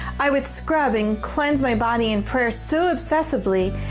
i would scrub and cleanse my body in prayer so obsessively,